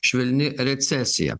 švelni recesija